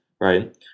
Right